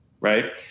right